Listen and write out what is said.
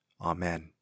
Amen